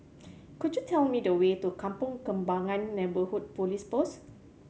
could you tell me the way to Kampong Kembangan Neighbourhood Police Post